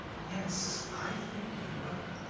yes, i think you will.